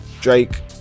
Drake